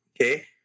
Okay